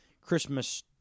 Christmas